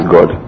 God